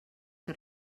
que